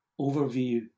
overview